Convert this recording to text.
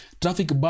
traffic